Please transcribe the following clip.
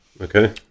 Okay